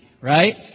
right